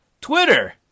Twitter